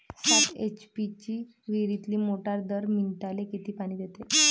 सात एच.पी ची विहिरीतली मोटार दर मिनटाले किती पानी देते?